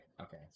okay